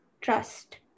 trust